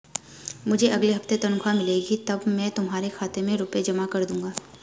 मुझे अगले हफ्ते तनख्वाह मिलेगी तब मैं तुम्हारे खाते में रुपए जमा कर दूंगा